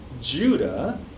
Judah